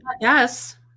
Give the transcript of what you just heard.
Yes